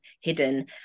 hidden